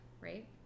right